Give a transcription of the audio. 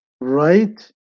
right